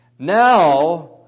Now